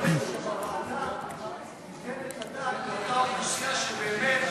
בוועדה תיתן את הדעת לאותה אוכלוסייה שבאמת,